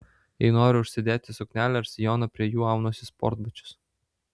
jei noriu užsidėti suknelę ar sijoną prie jų aunuosi sportbačius